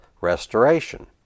restoration